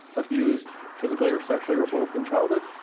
abused physically or sexually or both in childhood,